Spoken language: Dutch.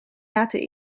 laten